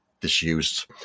disused